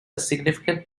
significant